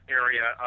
area